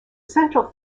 central